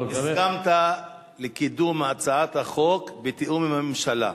לא, הסכמת לקידום הצעת החוק בתיאום עם הממשלה.